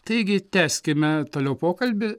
taigi tęskime toliau pokalbį